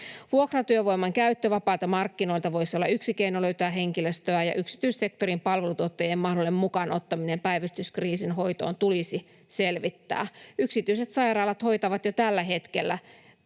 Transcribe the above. Vuokratyövoiman käyttö vapailta markkinoilta voisi olla yksi keino löytää henkilöstöä, ja yksityissektorin palvelutuottajien mahdollinen mukaan ottaminen päivystyskriisin hoitoon tulisi selvittää. Yksityiset sairaalat hoitavat jo tällä hetkellä päivystys‑, leikkaus‑